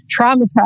traumatized